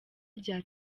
rya